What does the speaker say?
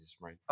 right